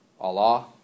Allah